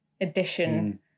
edition